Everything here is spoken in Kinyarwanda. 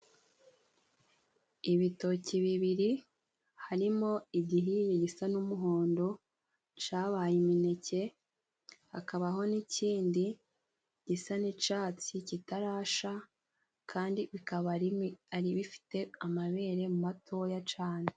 Ibitoki bibiri harimo igihiye gisa n'umuhondo cabaye imineke, hakabaho n'ikindi gisa n'icatsi kitarasha kandi bikaba bifite amabere matoya cane.